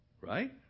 Right